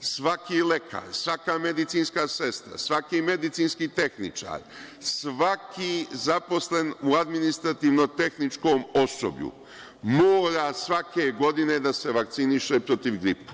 svaki lekar, svaka medicinska sestra, svaki medicinski tehničar, svaki zaposlen u administrativno-tehničkom osoblju mora svake godine da se vakciniše protiv gripa.